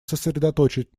сосредоточить